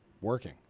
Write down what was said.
working